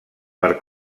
per